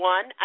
One